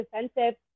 defensive